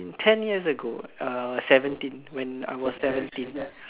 ten years ago uh seventeen when I was seventeen